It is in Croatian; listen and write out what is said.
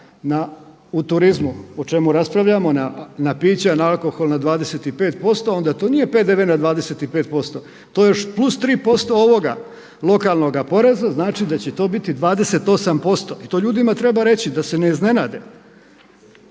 u turizmu o čemu raspravljamo na pića alkoholna na 25%, onda to nije PDV-e na 25%. To je još plus 3% ovoga lokalnoga poreza. Znači da će to biti 28% i to ljudima treba reći da se ne iznenade.